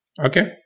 Okay